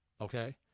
okay